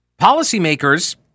Policymakers